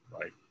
right